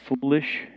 foolish